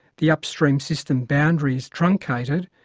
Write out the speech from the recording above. the upstream system boundary is truncated,